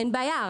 אין בעיה.